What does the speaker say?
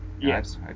yes